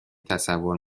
تصور